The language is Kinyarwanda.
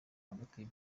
hagati